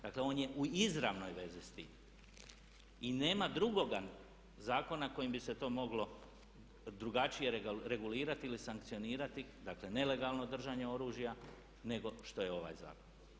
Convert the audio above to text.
Dakle on je u izravnoj vezi sa time i nema drugoga zakona kojim bi se to moglo drugačije regulirati ili sankcionirati, dakle nelegalno držanje oružja nego što je ovaj zakon.